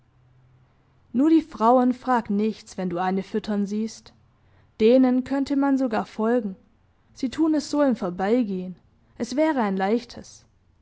nur die frauen frag nichts wenn du eine füttern siehst denen könnte man sogar folgen sie tun es so im vorbeigehen es wäre ein leichtes